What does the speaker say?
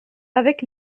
avec